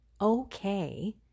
okay